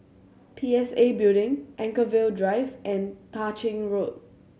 P S A Building Anchorvale Drive and Tah Ching Road